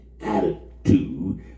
attitude